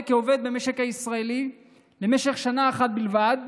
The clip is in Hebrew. כעובד במשק הישראלי למשך שנה אחת בלבד,